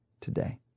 today